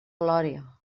glòria